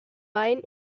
wein